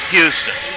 Houston